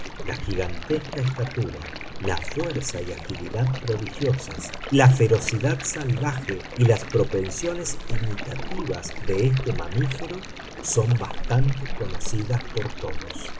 la gigantesca estatura la fuerza y agilidad prodigiosas la ferocidad salvaje y las propensiones imitativas de este mamífero son bastante conocidas por todos